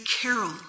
carol